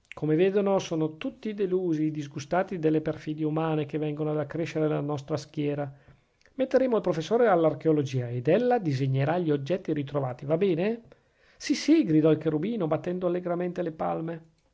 come vedono son tutti i delusi i disgustati delle perfidie umane che vengono ad accrescere la nostra schiera metteremo il professore all'archeologia ed ella disegnerà gli oggetti ritrovati va bene sì sì gridò il cherubino battendo allegramente le palme